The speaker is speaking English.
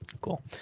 Cool